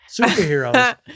superheroes